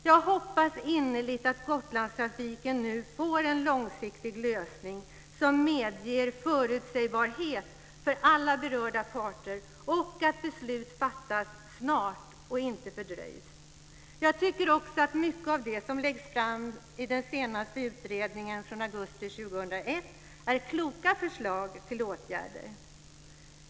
Jag hoppas innerligt att Gotlandstrafiken nu får en långsiktig lösning som medger förutsägbarhet för alla berörda parter och att beslut fattas snart och inte fördröjs. Mycket av det som läggs fram i den senaste utredningen från augusti 2001 är kloka förslag till åtgärder.